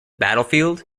battlefield